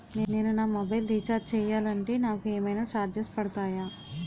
నేను నా mobile recharge చేయాలంటే నాకు ఏమైనా చార్జెస్ పడతాయా?